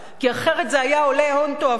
כי אחרת זה היה עולה הון תועפות.